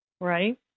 right